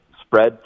spread